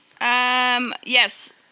Yes